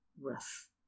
rough